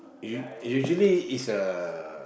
u~ usually it's a